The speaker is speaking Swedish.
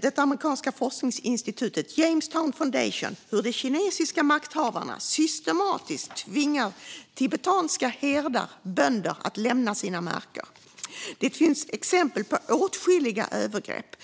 det amerikanska forskningsinstitutet Jamestown Foundation hur de kinesiska makthavarna systematiskt tvingar tibetanska herdar och bönder att lämna sina marker. Det finns åtskilliga exempel på övergrepp.